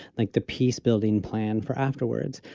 like the peace building plan for afterwards,